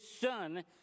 son